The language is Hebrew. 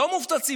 לא מופצצים,